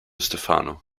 stefano